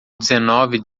dezenove